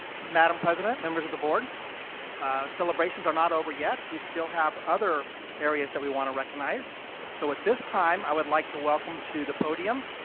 madame president, members of the board celebrations are not over yet we still have other areas's we want to recognize so at this time i would like to welcome to the podium.